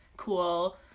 cool